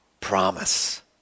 promise